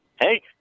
hey